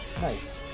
Nice